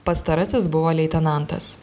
pastarasis buvo leitenantas